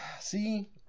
see